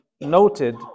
noted